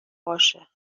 باشه